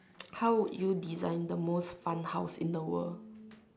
how would you design the most fun house in the world